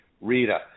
Rita